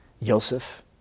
Yosef